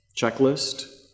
checklist